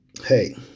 hey